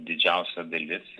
didžiausia dalis